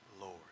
Lord